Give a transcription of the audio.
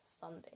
sunday